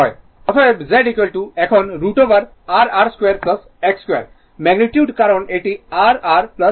অতএব Z এখন √ওভার r R2 X2 ম্যাগনিটিউড কারণ এটি r R jX